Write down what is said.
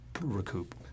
recoup